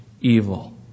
evil